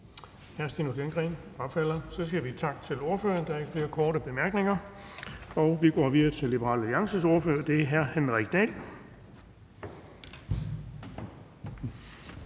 Hr. Stinus Lindgreen frafalder. Så siger vi tak til ordføreren, da der ikke er flere korte bemærkninger. Og vi går videre til Liberal Alliances ordfører, og det er hr. Henrik Dahl.